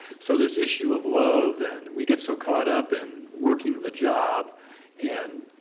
so this issue of love and we get so caught up in working the job and